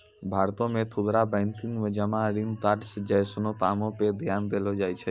भारतो मे खुदरा बैंकिंग मे जमा ऋण कार्ड्स जैसनो कामो पे ध्यान देलो जाय छै